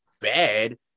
bad